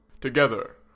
Together